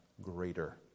greater